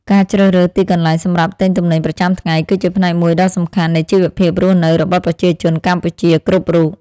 ការជ្រើសរើសទីកន្លែងសម្រាប់ទិញទំនិញប្រចាំថ្ងៃគឺជាផ្នែកមួយដ៏សំខាន់នៃជីវភាពរស់នៅរបស់ប្រជាជនកម្ពុជាគ្រប់រូប។